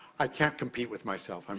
i can't compete with myself, i'm